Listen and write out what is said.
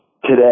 today